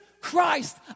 Christ